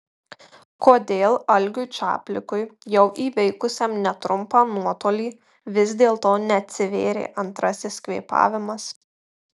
kodėl algiui čaplikui jau įveikusiam netrumpą nuotolį vis dėlto neatsivėrė antrasis kvėpavimas